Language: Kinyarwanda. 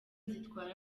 zitwara